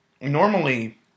Normally